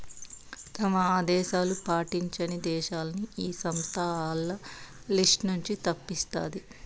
తమ ఆదేశాలు పాటించని దేశాలని ఈ సంస్థ ఆల్ల లిస్ట్ నుంచి తప్పిస్తాది